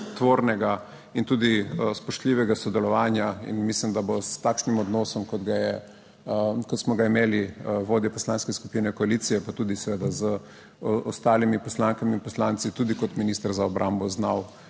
tvornega in tudi spoštljivega sodelovanja. In mislim, da bo s takšnim odnosom, kot smo ga imeli z vodjo poslanske skupine koalicije, pa tudi seveda z ostalimi poslankami in poslanci, tudi kot minister za obrambo znal